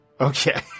Okay